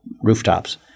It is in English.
rooftops